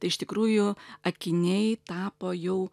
tai iš tikrųjų akiniai tapo jau